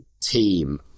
team